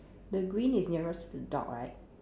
the green is nearest to the dog right